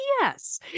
yes